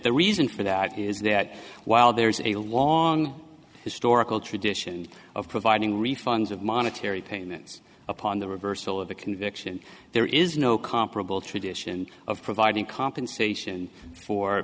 the reason for that is that while there is a long historical tradition of providing refunds of monetary payments upon the reversal of a conviction there is no comparable tradition of providing compensation for